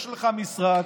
הרי יש לך משרד